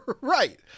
Right